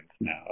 now